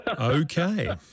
Okay